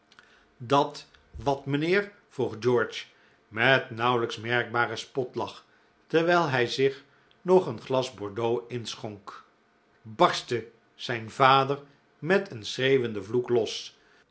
dat wat mijnheer vroeg george met nauwelijks merkbaren spotlach terwijl hij zich nog een glas bordeaux inschonk barstte zijn vader met een schreeuwenden vloek los